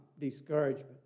discouragement